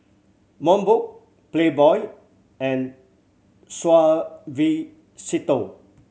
Mobot Playboy and Suavecito